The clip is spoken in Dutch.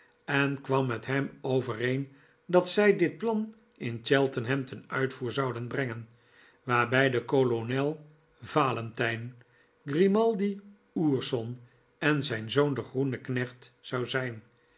en kwam met hem overeen dat zij dit plan in cheltenham ten uitvoer zouden brengen waarbij de kolonel valentijn grimaldi ourson en zijn zoon de groene knecht zou zijn